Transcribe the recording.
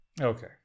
Okay